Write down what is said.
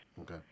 Okay